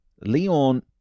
leon